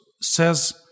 says